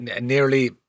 nearly